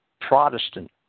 Protestant